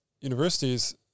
universities